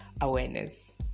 awareness